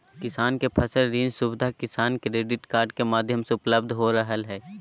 किसान के फसल ऋण सुविधा किसान क्रेडिट कार्ड के माध्यम से उपलब्ध हो रहल हई